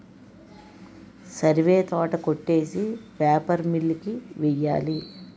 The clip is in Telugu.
సరివే తోట కొట్టేసి పేపర్ మిల్లు కి వెయ్యాలి